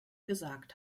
gesagt